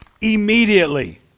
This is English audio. immediately